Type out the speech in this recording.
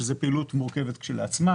שזו פעילות מורכבת כשלעצמה.